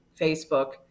Facebook